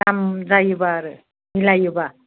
दाम जायोबा आरो मिलायोबा